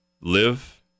live